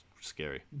scary